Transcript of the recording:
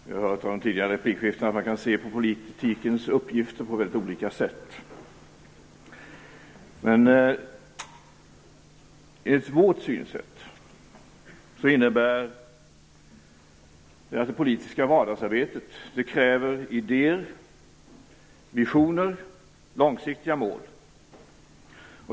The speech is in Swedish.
Fru talman! Vi har hört av de tidigare replikskiftena att man kan se på politikens uppgifter på olika sätt. Enligt vårt synsätt kräver det politiska vardagsarbetet idéer, visioner och långsiktiga mål.